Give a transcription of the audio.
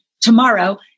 tomorrow